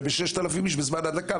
ו-6,000 אנשים בזמן ההדלקה,